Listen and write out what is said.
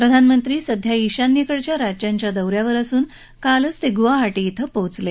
प्रधानमंत्री सध्या ईशान्येकडच्या राज्यांच्या दौ यावर असून कालच ते गुआहाटी क्विं पोहोचले